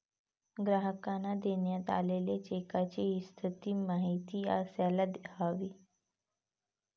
ग्राहकांना देण्यात आलेल्या चेकच्या स्थितीची माहिती असायला हवी